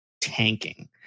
tanking